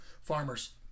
farmers